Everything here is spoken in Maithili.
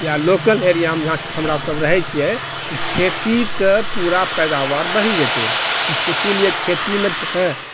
या लोकल एरियामे जहाँ हमरा सभ रहै छिऐ तऽ खेतीके पूरा पैदावार बढ़ि जेतै इसीलिए खेतीमे